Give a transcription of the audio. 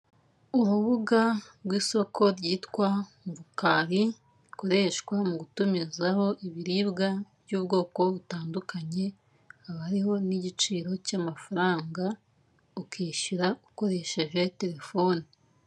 Urubuga rw'isoko ryitwa mu Rukari rikoreshwa mu gutumizaho ibiribwa by'ubwoko butandukanye, haba hariho n'igiciro cy'amafaranga, ukishyura ukoresheje telefone.